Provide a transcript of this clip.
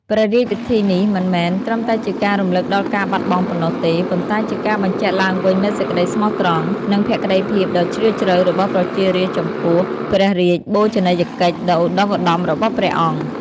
ព្រះរាជពិធីនេះមិនមែនត្រឹមតែជាការរំលឹកដល់ការបាត់បង់ប៉ុណ្ណោះទេ ប៉ុន្តែជាការបញ្ជាក់ឡើងវិញនូវសេចក្តីស្មោះត្រង់ និងភក្តីភាពដ៏ជ្រាលជ្រៅរបស់ប្រជារាស្ត្រចំពោះព្រះរាជបូជនីយកិច្ចដ៏ឧត្តុង្គឧត្តមរបស់ព្រះអង្គ។